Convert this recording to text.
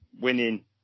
winning